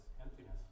emptiness